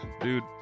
dude